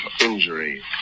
injury